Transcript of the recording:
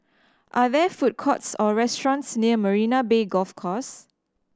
are there food courts or restaurants near Marina Bay Golf Course